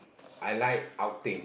I like outing